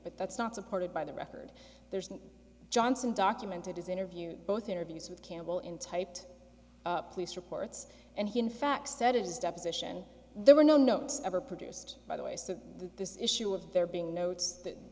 but that's not supported by the record there's johnson documented his interview both interviews with campbell in typed up police reports and he in fact started his deposition there were no notes ever produced by the way as to this issue of there being notes that